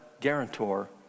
guarantor